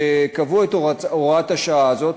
כשקבעו את הוראת השעה הזאת,